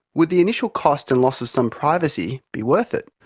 would the initial cost and loss of some privacy be worth it?